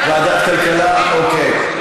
ועדת כלכלה, אוקיי.